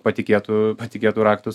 patikėtų patikėtų raktus